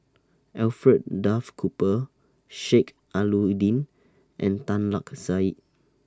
Alfred Duff Cooper Sheik Alau'ddin and Tan Lark Sye